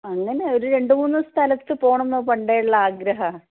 അങ്ങനെ ഒരു രണ്ടു മൂന്ന് സ്ഥലത്ത് പോകണമെന്നു പണ്ടേ ഉള്ള ആഗ്രഹമാണ്